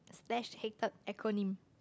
less hated acronym